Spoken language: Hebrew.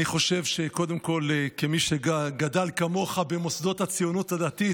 אני חושב קודם כול שכמי שגדל כמוך במוסדות הציונות הדתית,